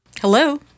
hello